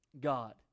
god